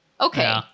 Okay